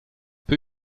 peu